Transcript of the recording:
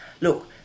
look